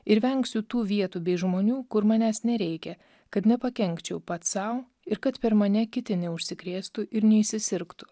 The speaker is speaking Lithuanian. ir vengsiu tų vietų bei žmonių kur manęs nereikia kad nepakenkčiau pats sau ir kad per mane kiti neužsikrėstų ir neįsisirgtų